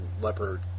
leopard